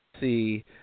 see